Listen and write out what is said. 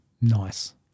Nice